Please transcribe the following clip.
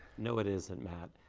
no, it isn't, matt.